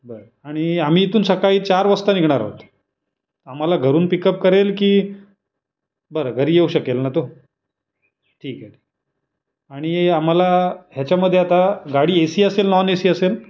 बरं आणि आम्ही इथून सकाळी चार वाजता निघणार आहोत आम्हाला घरून पिकप करेल की बरं घरी येऊ शकेल ना तो ठीक आहे आणि आम्हाला हेच्यामध्ये आता गाडी ए सी असेल नॉन ए सी असेल